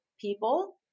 people